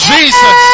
Jesus